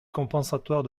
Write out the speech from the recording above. compensatoire